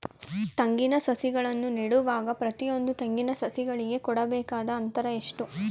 ತೆಂಗಿನ ಸಸಿಗಳನ್ನು ನೆಡುವಾಗ ಪ್ರತಿಯೊಂದು ತೆಂಗಿನ ಸಸಿಗಳಿಗೆ ಕೊಡಬೇಕಾದ ಅಂತರ ಎಷ್ಟು?